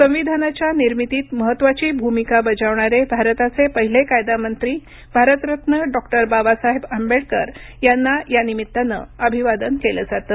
संविधानाच्या निर्मितीत महत्वाची भूमिका बजावणारे भारताचे पहिले कायदामंत्री भारतरत्न डॉक्टर बाबासाहेब आंबेडकर यांना या निमित्तानं अभिवादन केलं जातं